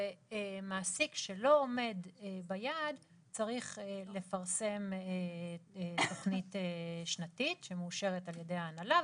ומעסיק שלא עומד ביעד צריך לפרסם תוכנית שנתית שמאושרת על ידי ההנהלה,